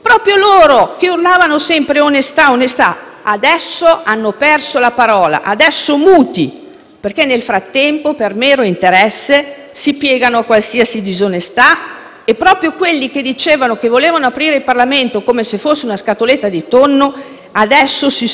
perché nel frattempo, per mero interesse, si piegano a qualsiasi disonestà; inoltre, proprio quelli che dicevano di voler aprire il Parlamento come se fosse una scatoletta di tonno, adesso si sono piegati e stanno diventando i lustrascarpe dei loro alleati di Governo